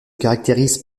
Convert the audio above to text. caractérisent